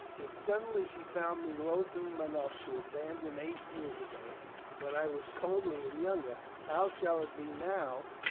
if suddenly she found me loathsome enough to abandon eight years ago when i was comdy and younger, how shall it be now,